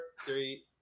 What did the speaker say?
three